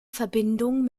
verbindung